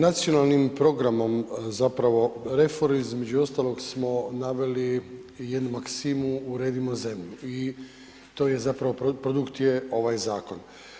Nacionalnim programom zapravo, reforme između ostalog smo naveli jednu maksimu uredimo zemlju i to je zapravo produkt je ovaj zakon.